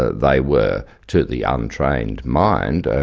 ah they were, to the untrained mind,